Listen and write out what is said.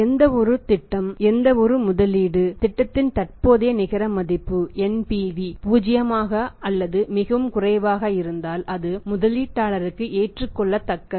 எந்தவொரு திட்டம் எந்தவொரு முதலீட்டு திட்டத்தின் தற்போதைய நிகர மதிப்பு பூஜ்ஜியமாக அல்லது மிகவும் குறைவாக இருந்தால் அது முதலீட்டாளருக்கு ஏற்றுக்கொள்ளத்தக்கது